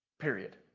period.